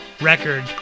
record